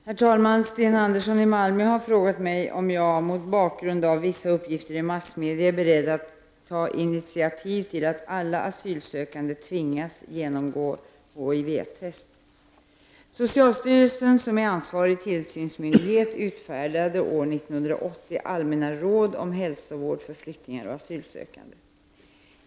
Herr talman! Sten Andersson i Malmö har frågat mig om jag — mot bakgrund av vissa uppgifter i massmedia — är beredd att ta initiativ till att alla asylsökande tvingas genomgå HIV-test. Socialstyrelsen, som är ansvarig tillsynsmyndighet, utfärdade år 1988 allmänna råd om hälsovård för flyktingar och asylsökande.